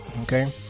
okay